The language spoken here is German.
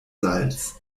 salz